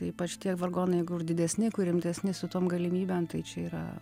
taip šitie vargonai kur didesni rimtesni su tom galimybėm tai čia yra